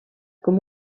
com